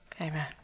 Amen